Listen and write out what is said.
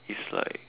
it's like